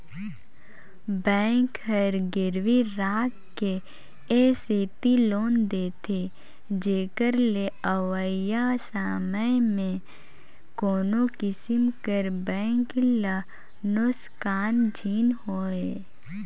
bank हर गिरवी राखके ए सेती लोन देथे जेकर ले अवइया समे में कोनो किसिम कर बेंक ल नोसकान झिन होए